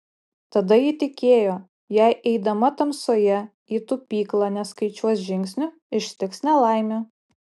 tada ji tikėjo jei eidama tamsoje į tupyklą neskaičiuos žingsnių ištiks nelaimė